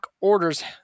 orders